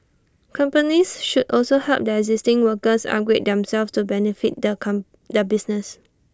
companies should also help their existing workers upgrade themselves to benefit their come their business